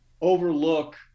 overlook